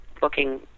booking